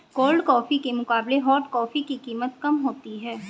cold coffee के मुकाबले hot coffee की कीमत कम होती है